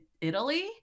Italy